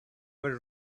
were